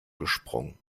gesprungen